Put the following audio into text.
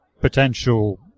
potential